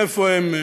איפה הם?